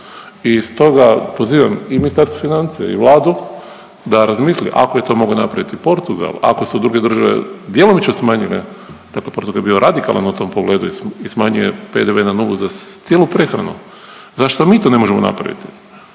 I stoga, pozivam i Ministarstvo financija i Vladu da razmisli ako je to mogao napraviti Portugal, ako su druge države djelomično smanjile takav potez je bio radikalan u tom pogledu i smanjio je PDV na nulu za cijelu prehranu. Zašto mi to ne možemo napraviti?